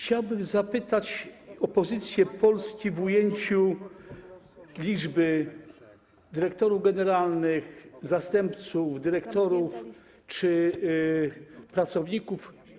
Chciałbym zapytać o pozycję Polski w ujęciu liczby dyrektorów generalnych, zastępców dyrektorów czy pracowników.